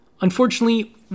Unfortunately